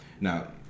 now